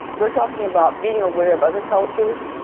we're talking about being aware of other cultures,